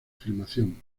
filmación